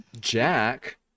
Jack